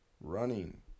running